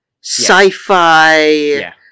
sci-fi